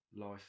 life